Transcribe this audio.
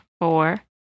Four